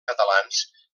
catalans